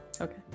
Okay